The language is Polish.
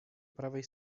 prawej